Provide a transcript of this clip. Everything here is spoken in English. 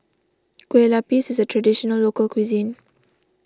Kue Lupis is a Traditional Local Cuisine